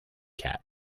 cat